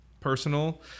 personal